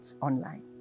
Online